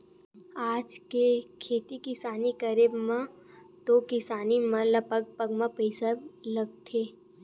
आज के खेती किसानी करई म तो किसान मन ल पग पग म पइसा लगथे